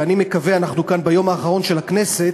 ואני מקווה, אנחנו כאן ביום האחרון של הכנסת,